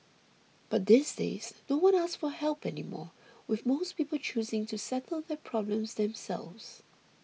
but these days no one asks for help anymore with most people choosing to settle their problems themselves